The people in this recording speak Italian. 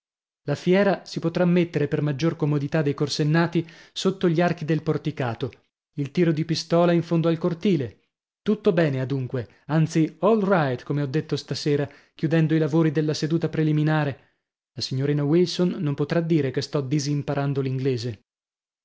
la fiera si potrà mettere per maggior comodità dei corsennati sotto gli archi del porticato il tiro di pistola in fondo al cortile tutto bene adunque anzi all right come ho detto stasera chiudendo i lavori della seduta preliminare la signorina wilson non potrà dire che sto disimparando l'inglese